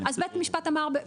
-- אז בית המשפט אמר,